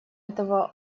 этого